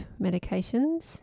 medications